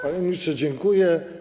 Panie ministrze, dziękuję.